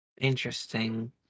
Interesting